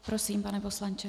Prosím, pane poslanče.